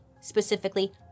specifically